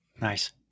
Nice